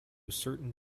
certain